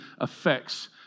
effects